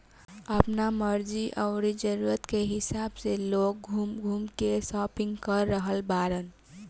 आपना मर्जी अउरी जरुरत के हिसाब से लोग घूम घूम के शापिंग कर रहल बाड़न